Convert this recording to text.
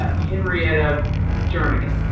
ah henrietta jernigan